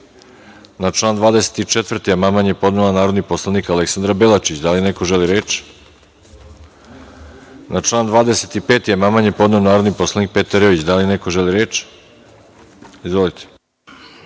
član 24. amandman je podnela narodni poslanik Aleksandra Belačić. Da li neko želi reč? Na član 25. amandman je podneo narodni poslanik Petar Jojić. Da li neko želi reč? Izvolite.